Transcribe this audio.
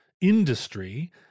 industry